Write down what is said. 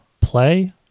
Play